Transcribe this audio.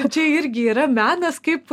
čia irgi yra menas kaip